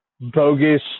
bogus